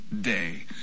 day